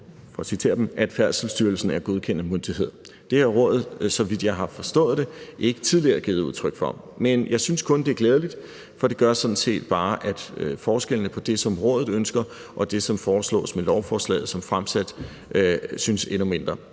lade Færdselsstyrelsen være den godkendende myndighed ...« Det har rådet, så vidt jeg har forstået det, ikke tidligere givet udtryk for. Men jeg synes kun, det er glædeligt, for det gør sådan set bare, at forskellene på det, som rådet ønsker, og det, som foreslås med lovforslaget som fremsat, synes endnu mindre.